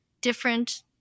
different